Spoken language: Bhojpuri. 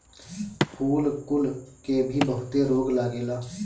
फूल कुल के भी बहुते रोग लागेला